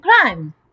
crime